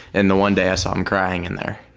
and the one day i saw him crying in there.